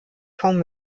kaum